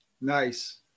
Nice